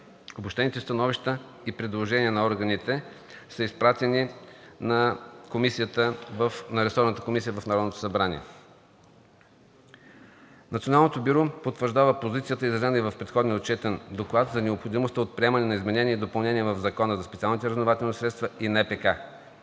Обобщените становища и предложенията на органите са изпратени на ресорната комисия в Народното събрание. Националното бюро потвърждава позицията, изразена и в предходния отчетен доклад, за необходимост от приемане на изменения и допълнения в Закона за специалните разузнавателни средства и НПК.